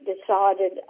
decided